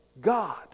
God